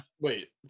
Wait